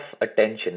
attention